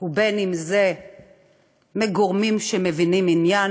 ובין אם זה מגורמים שמבינים עניין,